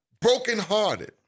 brokenhearted